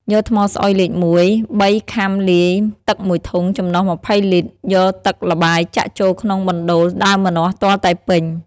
យកថ្មស្អុយលេខ១ ៣ខាំលាយ ទឹក១ធុង ចំណុះ២០លីត្រ យកទឹកល្បាយចាក់ចូលក្នុងបណ្តូលដើមម្ចាស់ទាល់តែពេញ។